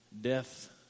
Death